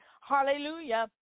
Hallelujah